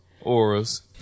auras